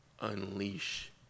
unleash